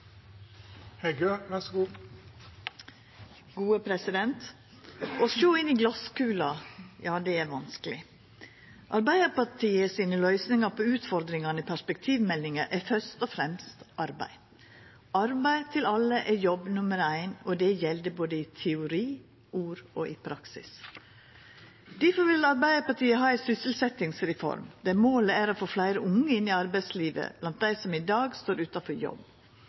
Å sjå inn i glaskula er vanskeleg. Arbeidarpartiet sine løysingar på utfordringane i perspektivmeldinga er først og fremst arbeid. Arbeid til alle er jobb nummer éin, og det gjeld både i teori, i ord og i praksis. Difor vil Arbeidarpartiet ha ei sysselsetjingsreform der målet er å få fleire av dei unge i som i dag står utan jobb og utdanning, inn i arbeidslivet.